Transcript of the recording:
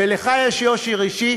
ולך יש יושר אישי,